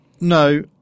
no